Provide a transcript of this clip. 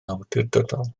awdurdodol